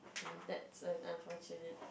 oh that's an unfortunate